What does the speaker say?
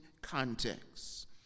context